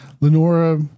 Lenora